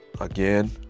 again